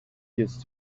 used